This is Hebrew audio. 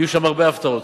יהיו שם הרבה הפתעות.